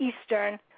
Eastern